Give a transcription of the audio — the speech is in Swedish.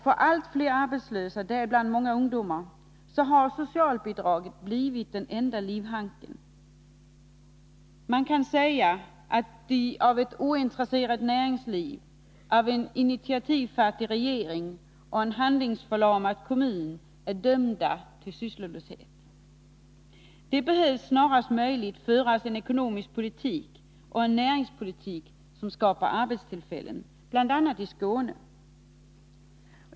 För allt fler arbetslösa — däribland många ungdomar — har socialbidraget blivit den enda livhanken. Man kan säga att de av ett ointresserat näringsliv, av en initiativfattig regering och en handlingsförlamad kommun är dömda till sysslolöshet. Det behöver snarast möjligt föras en ekonomisk politik och en näringspolitik som skapar arbetstillfällen, bl.a. i Skåne.